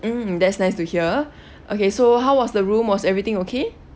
mm that's nice to hear okay so how was the room was everything okay